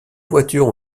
voitures